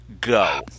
Go